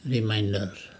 reminder